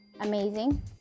amazing